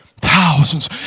Thousands